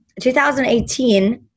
2018